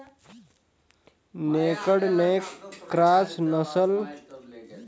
naked neck cross नसल के मुरगी हर बच्छर में सौ के आसपास अंडा देथे